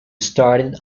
started